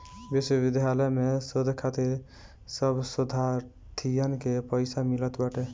विश्वविद्यालय में शोध खातिर सब शोधार्थीन के पईसा मिलत बाटे